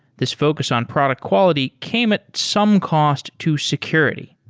this focus on product quality came at some cost to security.